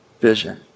vision